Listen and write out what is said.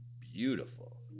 beautiful